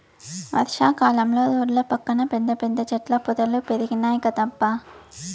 వర్షా కాలంలో రోడ్ల పక్కన పెద్ద పెద్ద చెట్ల పొదలు పెరిగినాయ్ కదబ్బా